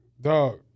Dog